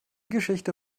geschichte